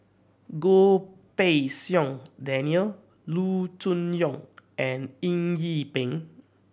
Goh Pei Siong Daniel Loo Choon Yong and Eng Yee Peng